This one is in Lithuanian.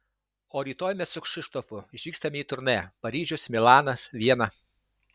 o rytoj mes su kšištofu išvykstame į turnė paryžius milanas viena